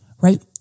right